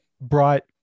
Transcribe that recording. brought